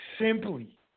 simply